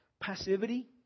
Passivity